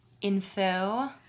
info